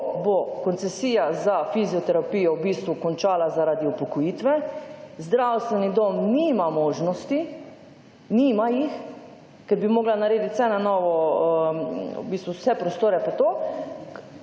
ko bo koncesija za fizioterapijo v bistvu končala zaradi upokojitve, zdravstveni dom nima možnosti, nima jih, ker bi morala narediti vse na novo,